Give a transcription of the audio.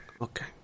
Okay